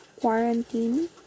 quarantine